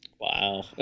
Wow